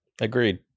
agreed